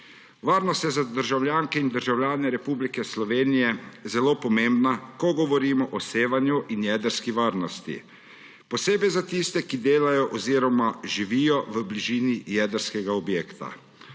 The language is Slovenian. Varnost je za državljanke in državljane Republike Slovenije zelo pomembna, ko govorimo o sevanju in jedrski varnosti, posebej za tiste, ki delajo oziroma živijo v bližini jedrskega objekta.